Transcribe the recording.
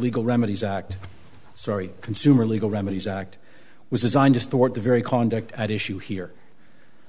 legal remedies act sorry consumer legal remedies act was designed just to work very conduct at issue here